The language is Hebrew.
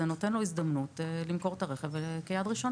ייתן הזדמנות למכור את הרכב כ"יד ראשונה".